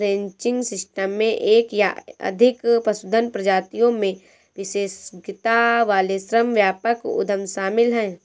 ranching system में एक या अधिक पशुधन प्रजातियों में विशेषज्ञता वाले श्रम व्यापक उद्यम शामिल हैं